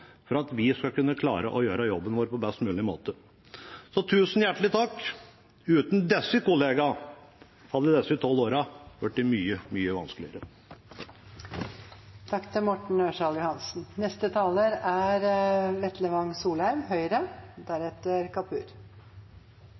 for at vi skal kunne klare å gjøre jobben vår på best mulig måte. Så tusen hjertelig takk! Uten disse kollegaene hadde de 12 årene blitt mye, mye vanskeligere. Takk til Morten Ørsal Johansen.